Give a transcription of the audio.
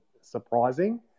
surprising